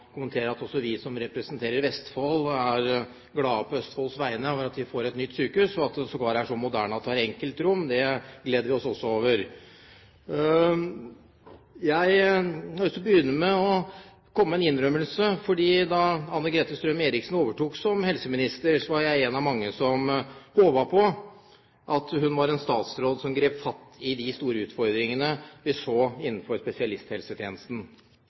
si at også vi som representerer Vestfold, er glade på Østfolds vegne over at de får et nytt sykehus, og at det sågar er så moderne at det har enkeltrom, gleder vi oss også over. Jeg har videre lyst til å komme med en innrømmelse, fordi da Anne-Grete Strøm-Erichsen overtok som helseminister, var jeg en av mange som håpet på at hun var en statsråd som ville gripe fatt i de store utfordringene som vi så innenfor spesialisthelsetjenesten.